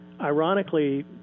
ironically